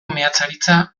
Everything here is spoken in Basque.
meatzaritza